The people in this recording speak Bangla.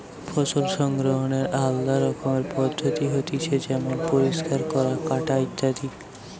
ফসল সংগ্রহনের আলদা রকমের পদ্ধতি হতিছে যেমন পরিষ্কার করা, কাটা ইত্যাদি